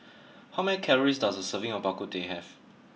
how many calories does a serving of Bak Kut Teh have